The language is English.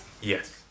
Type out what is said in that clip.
Yes